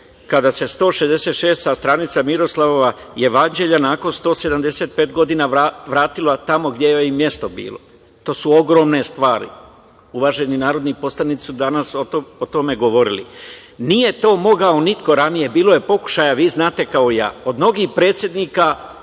kada se 166. stranica Miroslavljevog jevanđelja nakon 175 godina vratila tamo gde joj je i mesto bilo. To su ogromne stvari. Uvaženi narodni poslanici danas su o tome govorili. Nije to mogao niko ranije. Bilo je pokušaja, vi znate kao i ja, od mnogih predsednika